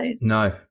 No